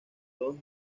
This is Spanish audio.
todos